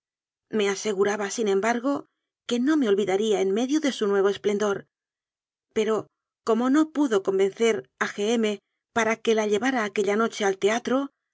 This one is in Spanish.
me aseguraba sin embargo que no me olvidaría en medio de su nuevo esplendor pero como no pudo convencer a g m para que la llevara aquella noche al teatro